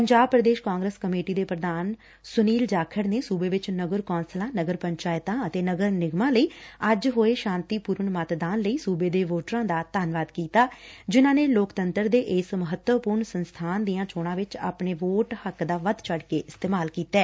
ਪੰਜਾਬ ਪੁਦੇਸ਼ ਕਾਂਗਰਸ ਕਮੇਟੀ ਦੇ ਪੁਧਾਨ ਸ਼ੀ ਸੁਨੀਲ ਜਾਖੜ ਨੇ ਸੁਬੇ ਵਿਚ ਨਗਰ ਕੌਂਸਲਾਂ ਨਗਰ ਪੰਚਾਇਤਾਂ ਅਤੇ ਨਗਰ ਨਿਗਮਾਂ ਲਈ ਅੱਜ ਹੋਏ ਸਾਂਤੀਪੁਰਨ ਮਤਦਾਨ ਲਈ ਸੁਬੇ ਦੇ ਵੋਟਰਾ ਦਾ ਧੌਨਵਾਦ ਕੀਤਾ ਹੈ ਜਿਨਾ ਨੇ ਲੋਕਤੰਤਰ ਦੇ ਇਸ ਮਹੱਤਵਪੁਰਨ ਸੰਸਬਾਨ ਦੀਆਂ ਚੋਣਾ ਵਿਚ ਆਪਣੇ ਵੋਟ ਹੱਕ ਦਾ ਵੱਧ ਚੜ ਕੇ ਇਸਤੇਮਾਲ ਕੀਤਾ ਹੈ